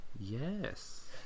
Yes